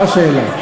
מה השאלה?